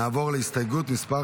נעבור להסתייגות מס'